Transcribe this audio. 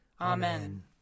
Amen